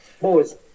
Boys